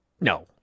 No